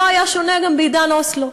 לא היה שונה גם בעידן אוסלו.